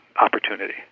opportunity